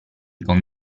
con